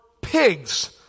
pigs